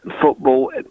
football